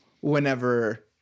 whenever